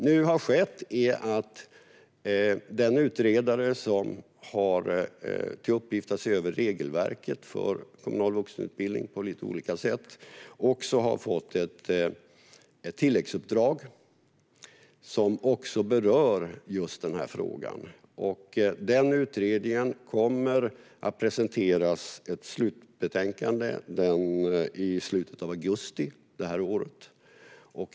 Nu har den utredare som har till uppgift att på olika sätt se över regelverket för kommunal vuxenutbildning fått ett tilläggsuppdrag som också berör just den frågan. Utredningen kommer att presentera ett slutbetänkande i slutet av augusti det här året.